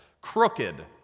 Crooked